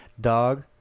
Dog